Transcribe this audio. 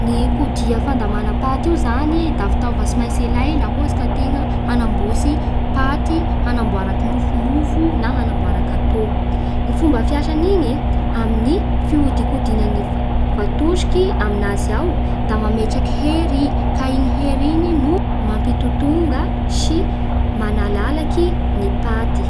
Ny kodia fandamàna paty io zany da fitaova tsy maintsy ilaina laha ohatsy ka antegna hanamboatsy paty hanamboara kimofomofo na hanamboara gâteau. Ny fomba fiasan'igny e amin'ny fihodikodinan'ny v- vatosiky aminazy ao da mametraky hery ka igny hery igny no mampitotonga sy manalalaky ny paty.